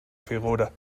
figura